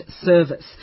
service